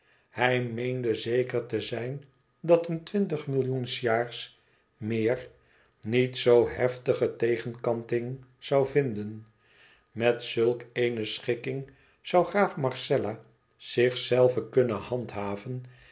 hij meende zeker te zijn dat een twintig millioen s jaars meer niet zoo heftige tegenkanting zoû vinden met zulk eene schikking zoû graaf marcella zichzelven kunnen handhaven